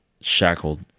shackled